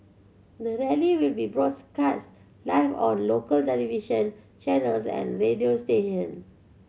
the rally will be cast live on local television channels and radio station